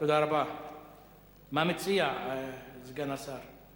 מה מציע סגן השר?